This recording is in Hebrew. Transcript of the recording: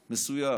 מסוים,